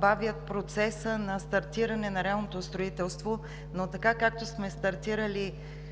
бавят процеса на стартиране на реалното строителство, но така, както сме стартирали